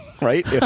Right